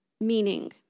meaning